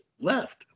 left